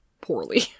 poorly